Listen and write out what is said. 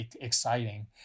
exciting